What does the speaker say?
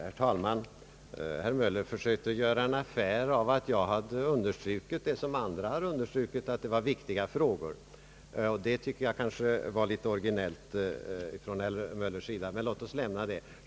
Herr talman! Herr Möller försökte göra en affär av att jag underströk vad andra understrukit, nämligen att detta är viktiga frågor. Det tyckte jag var originellt av herr Möller. Men låt oss lämna det.